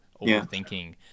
overthinking